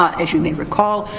ah as you may recall,